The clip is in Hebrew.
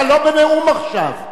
אתה לא בנאום עכשיו.